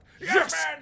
Yes